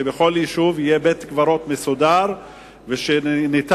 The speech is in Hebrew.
שבכל יישוב יהיה בית-קברות מסודר ויהיה